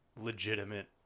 legitimate